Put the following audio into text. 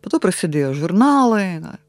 po to prasidėjo žurnalai na